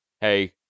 Hey